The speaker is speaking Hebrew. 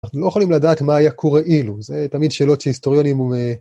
אנחנו לא יכולים לדעת מה היה קורה אילו, זה תמיד שאלות שהיסטוריונים הוא...